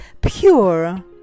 pure